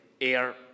air